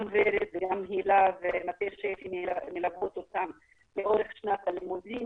גם ורד וגם הילה ומטה שפ"י מלוות אותם לאורך שנת הלימודים,